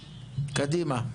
אוסנת, קדימה.